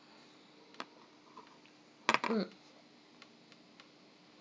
mm